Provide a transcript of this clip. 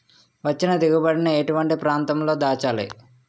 వచ్చిన దిగుబడి ని ఎటువంటి ప్రాంతం లో దాచాలి?